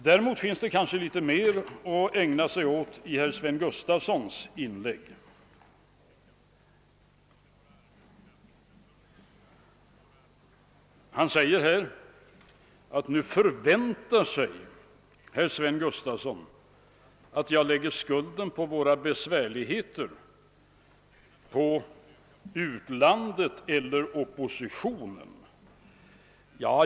Däremot fanns det kanske litet mer i herr Sven Gustafsons inlägg som jag hör bemöta. Herr Sven Gustafson säger att han väntar sig att jag skall lägga skulden för våra besvärligheter på utlandet eller på oppositionen.